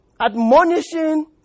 Admonishing